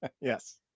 yes